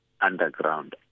underground